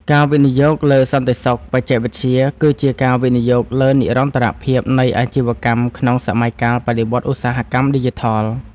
ការវិនិយោគលើសន្តិសុខបច្ចេកវិទ្យា គឺជាការវិនិយោគលើនិរន្តរភាពនៃអាជីវកម្មក្នុងសម័យកាលបដិវត្តឧស្សាហកម្មឌីជីថល។